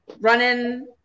Running